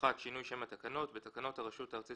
התשע"ט-2018 "שינוי שם התקנות בתקנות הרשות הארצית